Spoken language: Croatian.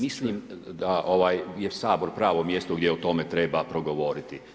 Mislim da ovaj, je Sabor pravo mjesto gdje o tome treba progovoriti.